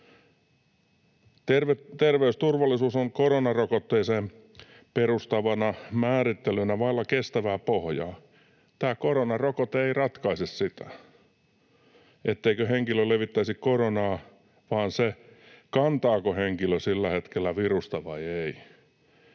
Terveysturvallisuus on koronarokotteeseen perustuvana määrittelynä vailla kestävää pohjaa. Tämä koronarokote ei ratkaise sitä, etteikö henkilö levittäisi koronaa, vaan se, kantaako henkilö sillä hetkellä virusta vai ei.